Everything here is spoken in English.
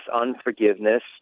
unforgiveness